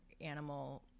animal